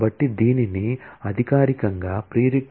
కాబట్టి దీనిని అధికారికంగా prereq